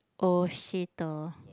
oh cheater